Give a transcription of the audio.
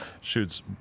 shoots